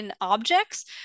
objects